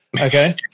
okay